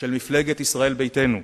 של מפלגת ישראל ביתנו,